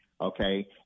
Okay